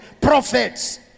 prophets